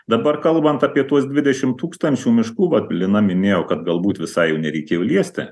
dabar kalbant apie tuos dvidešimt tūkstančių miškų va lina minėjo kad galbūt visai nereikėjo liesti